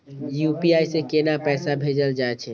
UPI से केना पैसा भेजल जा छे?